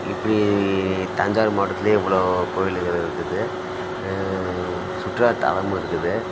இப்படி தஞ்சாவூர் மாவட்டத்திலேயே இவ்வளோ கோயில்கள் இருக்குது சுற்றுலாத்தலமும் இருக்குது